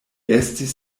estis